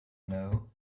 know